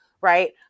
right